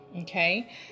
Okay